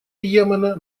йемена